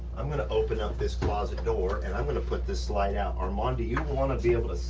i'm gonna open up this closet door and i'm gonna put this slide out armand do you wanna be able to see,